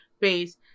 base